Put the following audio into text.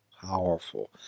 Powerful